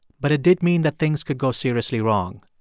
but it did mean that things could go seriously wrong.